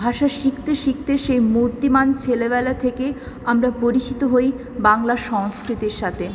ভাষা শিখতে শিখতে সেই মূর্তিমান ছেলেবেলা থেকে আমরা পরিচিত হই বাংলার সংস্কৃতির সাথে